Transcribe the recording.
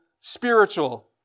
spiritual